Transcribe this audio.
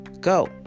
Go